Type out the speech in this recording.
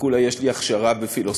וכולה יש לי הכשרה בפילוסופיה.